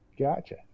Gotcha